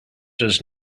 does